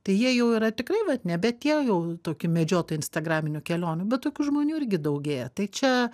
tai jie jau yra tikrai vat nebe tie jau toki medžiotojai instagraminių kelionių bet tokių žmonių irgi daugėja tai čia